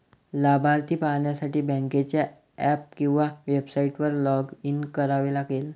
लाभार्थी पाहण्यासाठी बँकेच्या ऍप किंवा वेबसाइटवर लॉग इन करावे लागेल